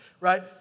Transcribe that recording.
right